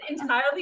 entirely